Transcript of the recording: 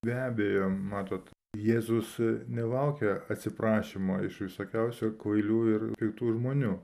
be abejo matot jėzus nelaukia atsiprašymo iš visokiausių kvailių ir piktų žmonių